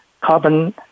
carbon